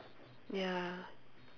ya